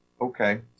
okay